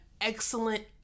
excellent